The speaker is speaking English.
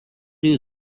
you